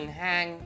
hang